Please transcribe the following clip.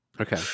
Okay